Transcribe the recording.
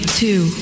two